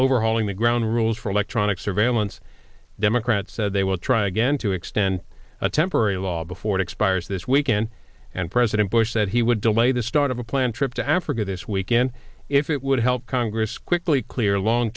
overhauling the ground rules for electronic surveillance democrats said they will try again to extend a temporary law before it expires this weekend and president bush said he would delay the start of a planned trip to africa this weekend if it would help congress quickly clear long